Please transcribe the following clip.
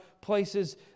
places